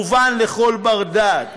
מובן לכל בר-דעת,